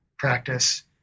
practice